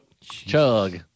Chug